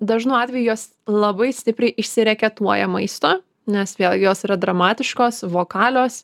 dažnu atveju jos labai stipriai išsireketuoja maisto nes vėlgi jos yra dramatiškosvokalios